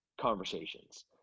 conversations